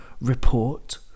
report